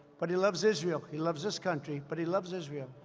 but he loves israel. he loves this country, but he loves israel.